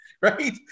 right